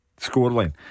scoreline